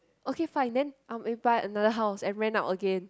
okay fine then I will apply another house and rent out again